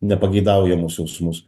nepageidaujamus jausmus